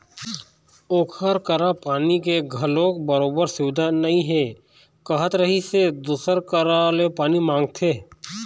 ओखर करा पानी के घलोक बरोबर सुबिधा नइ हे कहत रिहिस हे दूसर करा ले पानी मांगथे